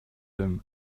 him